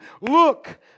Look